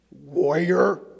Warrior